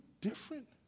different